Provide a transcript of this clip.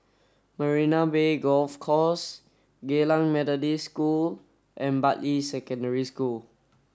Marina Bay Golf Course Geylang Methodist School and Bartley Secondary School